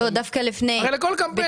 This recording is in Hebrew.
דווקא לפני כן,